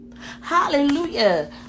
Hallelujah